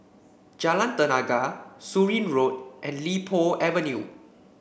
Jalan Tenaga Surin Road and Li Po Avenue